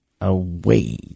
away